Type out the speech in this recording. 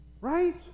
right